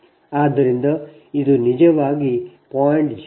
ಆದ್ದರಿಂದ ಇದು ನಿಜವಾಗಿ 0